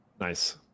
Nice